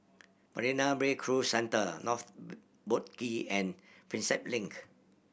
Marina Bay Cruise Centre North Boat Quay and Prinsep Link